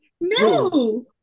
no